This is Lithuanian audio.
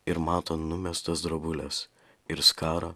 ir mato numestas drobules ir skarą